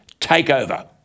takeover